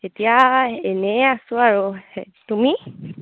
এতিয়া এনেই আছোঁ আৰু তুমি